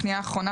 הפנייה האחרונה,